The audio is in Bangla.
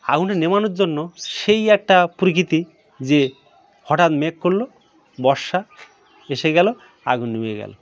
আগুনটা নেভানোর জন্য সেই একটা প্রকৃতি যে হঠাৎ মেঘ করল বর্ষা এসে গেল আগুন নিভে গেল